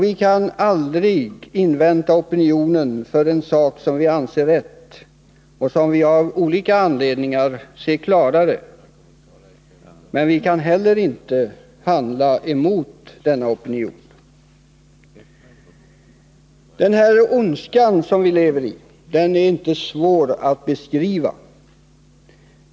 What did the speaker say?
Vi kan aldrig invänta opinionen för en sak som vi anser rätt och som vi av olika anledningar ser klarare. Men vi kan inte heller handla emot denna opinion. Ondskan som vi upplever är inte svår att beskriva.